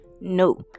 no